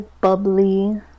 bubbly